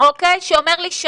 שאומר לי,